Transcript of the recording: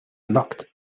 knocked